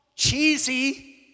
cheesy